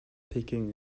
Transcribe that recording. peking